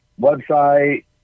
website